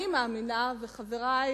אני מאמינה, וחברי